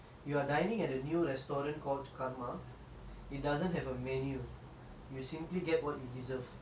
it doesn't have a menu you simply get what you deserve what food would you be served